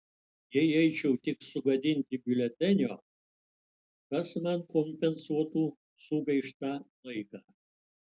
jei eičiau tik sugadinti biuletenio kas man kompensuotų sugaištą laiką